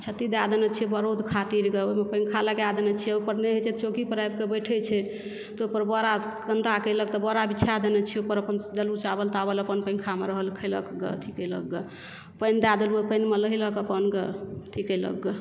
छती दय देने छियै रौद ख़ातिर पॅंखा लगा देने छियै ओहि पर नहि होइ छै चौकी पे आबि के बैठै छै तऽ ओकर बड़ा गन्दा कयलक बोरा बिछा देने छियै ओहि पर अपन देलहुॅं चावल तावल अपन पॅंखा मे रहल खेलक ग अथी कैलक ग पानि दय देलहुॅं पानि मे नहेलक अपन ग अथी कयलक ग